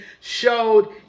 showed